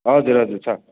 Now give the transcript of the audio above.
हजुर हजुर छ